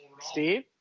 Steve